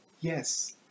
yes